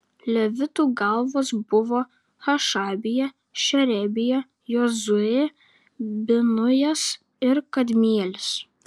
levitų galvos buvo hašabija šerebija jozuė binujas ir kadmielis